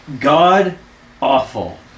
god-awful